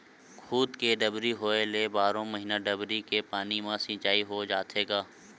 खुद के डबरी होए ले बारो महिना डबरी के पानी म सिचई हो जाथे गा